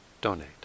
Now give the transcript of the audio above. donate